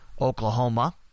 Oklahoma